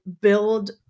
build